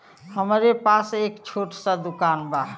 हमरे पास एक छोट स दुकान बा